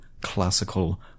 classical